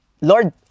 Lord